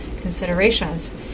considerations